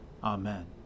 Amen